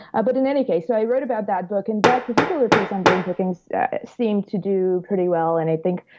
but in any case, so i wrote about that book. in that particular piece on brain pickings that seem to do pretty well. and i think,